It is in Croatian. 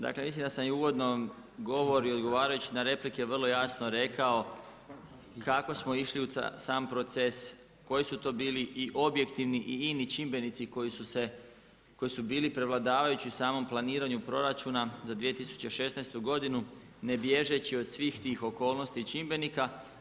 Dakle, mislim da sam i uvodno govorio i odgovarajući na replike, vrlo jasno rekao, kako smo išli u sam proces, koji su to bili i objektivni i ini čimbenici koji su bili prevladavajući u samom planiranju proračuna za 2016. godinu ne bježeći od svih tih okolnosti i čimbenika.